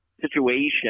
situation